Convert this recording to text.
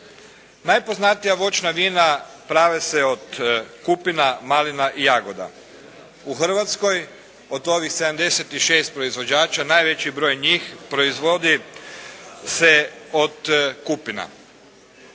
Najpoznatija voćna vina prave se od kupina, malina i jagoda. U Hrvatskoj od ovih 76 proizvođača najveći broj njih proizvodi se od kupina.